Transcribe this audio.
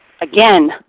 again